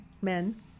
men